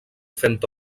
fent